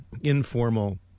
informal